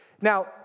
Now